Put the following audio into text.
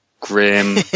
grim